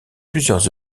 plusieurs